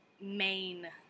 main